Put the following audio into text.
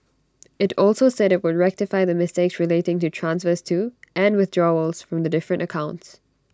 IT also said IT would rectify the mistakes relating to transfers to and withdrawals from the different accounts